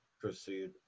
proceed